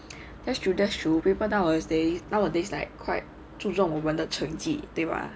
that's true that's true people nowadays nowadays like quite 注重我们的成绩对吧